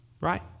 Right